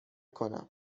کنم